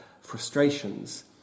frustrations